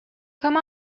come